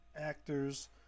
actors